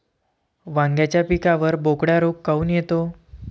वांग्याच्या पिकावर बोकड्या रोग काऊन येतो?